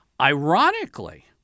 ironically